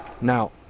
Now